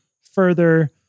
further